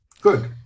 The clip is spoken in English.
good